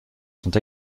sont